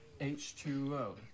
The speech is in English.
H2O